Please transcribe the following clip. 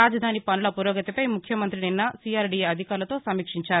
రాజధాని పనుల పురోగతిపై ముఖ్యమంత్రి నిన్న సీఆర్డీఏ అధికారులతో సమీక్షించారు